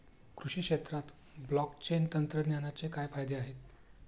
कृषी क्षेत्रात ब्लॉकचेन तंत्रज्ञानाचे काय फायदे आहेत?